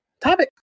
topic